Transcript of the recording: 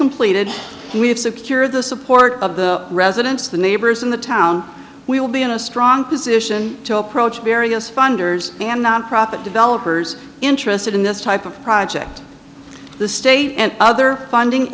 completed we have secured the support of the residents the neighbors in the town we will be in a strong position to approach various funders and nonprofit developers interested in this type of project the state and other funding